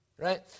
right